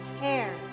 care